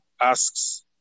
asks